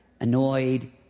annoyed